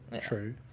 true